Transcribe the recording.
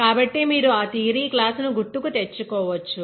కాబట్టి మీరు ఆ థియరీ క్లాసు ను గుర్తుకు తెచ్చుకోవచ్చు